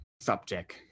subject